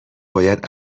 باید